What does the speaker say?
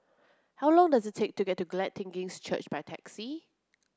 how long does it take to get to Glad Tidings Church by taxi